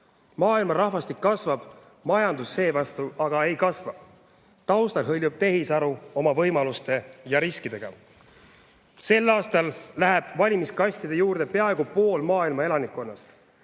Maailma rahvastik kasvab, majandus seevastu ei kasva. Taustal hõljub tehisaru oma võimaluste ja riskidega. Sel aastal läheb valimiskastide juurde peaaegu pool maailma elanikkonnast,